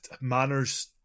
manners